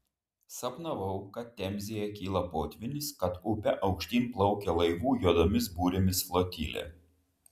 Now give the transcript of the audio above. sapnavau kad temzėje kyla potvynis kad upe aukštyn plaukia laivų juodomis burėmis flotilė